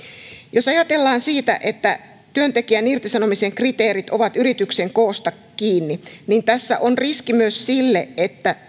jos ajatellaan sitä että työntekijän irtisanomisen kriteerit ovat yrityksen koosta kiinni niin tässä on riski myös sille että